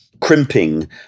crimping